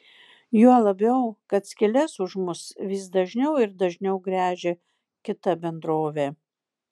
juo labiau kad skyles už mus vis dažniau ir dažniau gręžia kita bendrovė